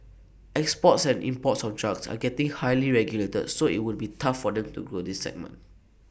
exports and imports of drugs are getting highly regulated so IT would be tough for them to grow this segment